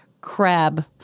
crab